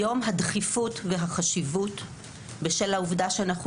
מכיוון שהיום הדחיפות והחשיבות היא בשל העובדה שאנחנו